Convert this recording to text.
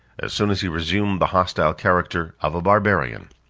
as soon as he resumed the hostile character of a barbarian.